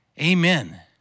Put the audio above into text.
Amen